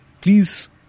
please